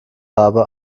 habe